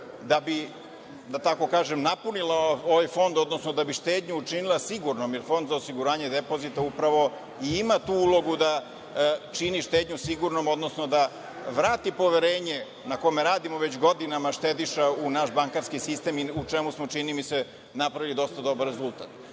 da bi, da tako kažem, napunila ovaj fond, odnosno da bi štednju učinila sigurnom, jer Fond za osiguranje depozita upravo i ima tu ulogu da čini štednju sigurnom, odnosno da vrati poverenje, na kome radimo već godinama, štediša u naš bankarski sistem, u čemu smo, čini mi se, napravili dosta dobar rezultat. Osim